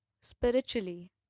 spiritually